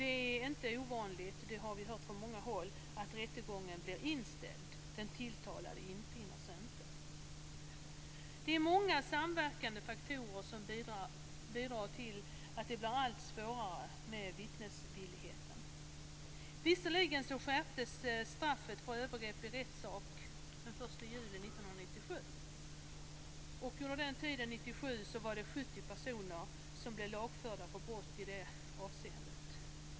Det är inte ovanligt, som vi har hört från många håll, att rättegången blir inställd. Den tilltalade infinner sig inte. Det är många samverkande faktorer som bidrar till att det blir allt svårare med vittnesvilligheten. Visserligen skärptes straffet för övergrepp i rättssak den 1 juli 1997. Under 1997 var det 70 personer som lagfördes för brott i det avseendet.